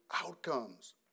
outcomes